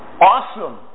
awesome